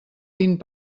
vint